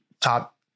top